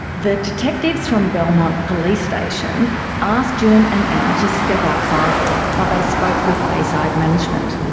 the detectives from belmont police station asked june and emma to step outside while they spoke with bayside management.